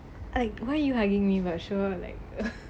like why are you hugging me but sure like